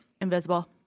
Invisible